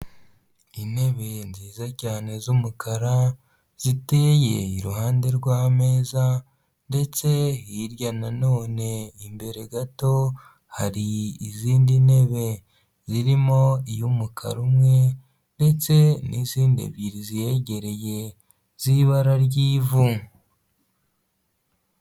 Intebe nziza cyane z'umukara, ziteye iruhande rw'ameza ndetse hirya nanone imbere gato, hari izindi ntebe zirimo iy'umukara umwe ndetse n'izindi ebyiri ziyegereye z'ibara ry'ivu.